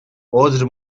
عذر